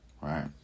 right